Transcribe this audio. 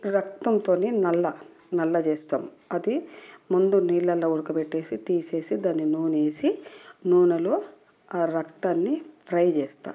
రక్తంతోనే నల్ల నల్ల చేస్తాం అది ముందు నీళ్లలో ఉడకపెట్టేసి తీసేసి దాన్ని నూనెసి నూనెలో ఆ రక్తాన్ని ఫ్రై చేస్తా